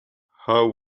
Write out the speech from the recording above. how